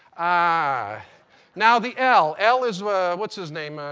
ah now the l. l is, what's his name? ah